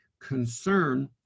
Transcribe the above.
concern